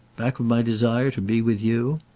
back of my desire to be with you?